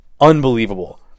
unbelievable